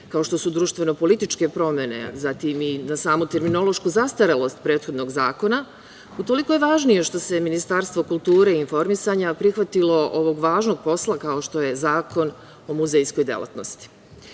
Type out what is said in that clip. kao što su društveno-političke promene, znamo i da znamo terminološku zastarelost prethodnog zakona, utoliko je važnije što se Ministarstvo kulture i informisanja prihvatilo ovog važnog posla, kao što je Zakon o muzejskoj delatnosti. Cilj